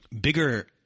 bigger